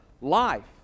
life